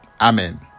amen